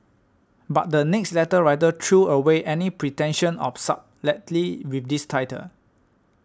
but the next letter writer threw away any pretension of subtlety with this title